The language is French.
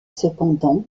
cependant